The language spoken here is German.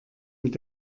mit